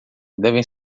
devem